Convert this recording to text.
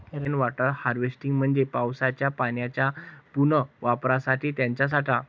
rain water harvesting म्हणजे पावसाच्या पाण्याच्या पुनर्वापरासाठी त्याचा साठा